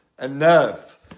enough